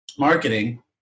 Marketing